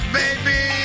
baby